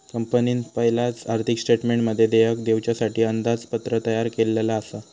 कंपनीन पयलाच आर्थिक स्टेटमेंटमध्ये देयक दिवच्यासाठी अंदाजपत्रक तयार केल्लला आसा